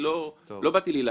לא באתי להילחם,